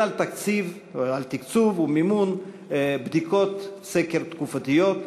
על תקצוב ומימון של בדיקות סקר תקופתיות,